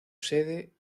sede